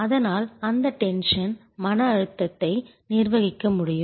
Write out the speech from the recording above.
அதனால் அந்த டென்ஷன் மன அழுத்தத்தை நிர்வகிக்க முடியும்